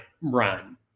run